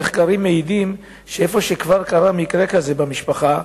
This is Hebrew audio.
המחקרים מעידים שאם כבר קרה מקרה כזה במשפחה,